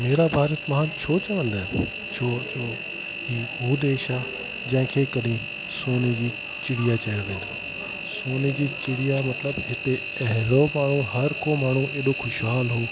मेरा भारत महान छो चवंदा आहिनि छोजो इहा उहो देश आहे जंहिंखे कॾहिं सोने जी चिड़िया चयो वेंदो हुओ सोने जी चिड़िया मतिलबु हिते अहिड़ो माण्हू हर को माण्हू एॾो ख़ुशहालु हुओ